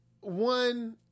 one